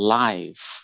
life